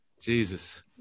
Jesus